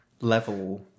level